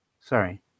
Sorry